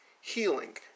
healing